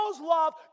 love